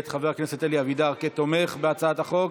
את חברי הכנסת שנכחו במליאה: אלי אבידר תומך בהצעת החוק,